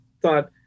thought